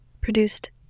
produced